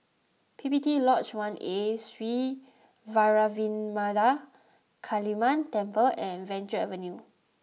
P P T Lodge One A Sri Vairavimada Kaliamman Temple and Venture Avenue